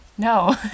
No